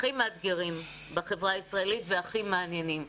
הכי מאתגרים בחברה הישראלית והכי מעניינים.